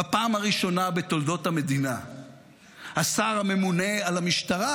בפעם הראשונה בתולדות המדינה השר הממונה על המשטרה